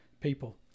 people